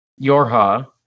Yorha